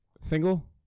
single